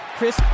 Chris